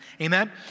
Amen